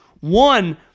one